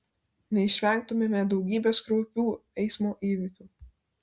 neišvengtumėme daugybės kraupių eismo įvykių